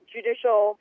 Judicial